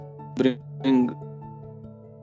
bring